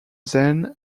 then